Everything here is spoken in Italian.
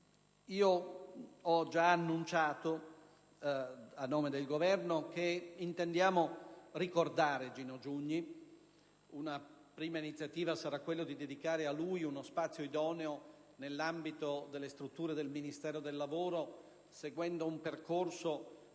Ho già annunciato a nome del Governo che intendiamo ricordare Gino Giugni: una prima iniziativa sarà quella di dedicare a lui uno spazio idoneo nell'ambito delle strutture del Ministero del lavoro, seguendo un *iter*